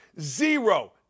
Zero